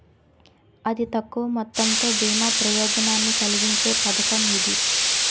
అతి తక్కువ మొత్తంతో బీమా ప్రయోజనాన్ని కలిగించే పథకం ఇది